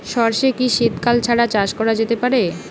সর্ষে কি শীত কাল ছাড়া চাষ করা যেতে পারে?